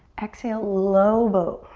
exhale, low boat.